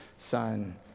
Son